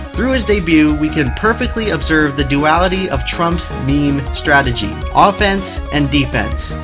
through his debut, we can perfectly observe the duality of trump's meme strategy offense and defense.